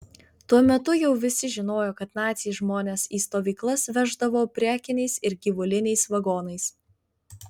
tuo metu jau visi žinojo kad naciai žmones į stovyklas veždavo prekiniais ir gyvuliniais vagonais